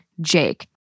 Jake